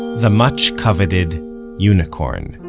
the much-coveted unicorn.